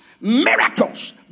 miracles